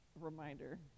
reminder